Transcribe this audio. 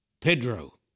Pedro